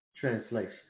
translation